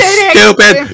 stupid